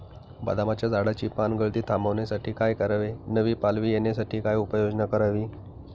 बदामाच्या झाडाची पानगळती थांबवण्यासाठी काय करावे? नवी पालवी येण्यासाठी काय उपाययोजना करावी?